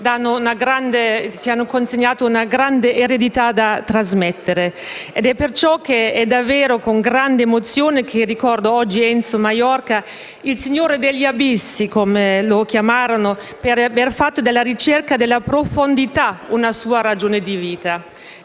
ci hanno consegnato una grande eredità da trasmettere. Per questo motivo, è davvero con grande emozione che ricordo oggi Enzo Maiorca - il signore degli abissi, come lo chiamarono - per aver fatto della ricerca della profondità una sua ragione di vita.